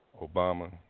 Obama